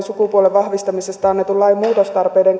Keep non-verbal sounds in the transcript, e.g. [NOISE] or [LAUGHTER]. [UNINTELLIGIBLE] sukupuolen vahvistamisesta annetun lain muutostarpeiden